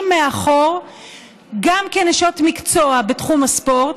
מאחור גם כנשות מקצוע בתחום הספורט,